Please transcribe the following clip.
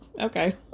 Okay